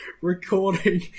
recording